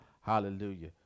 Hallelujah